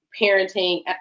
parenting